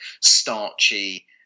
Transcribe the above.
starchy